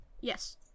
Yes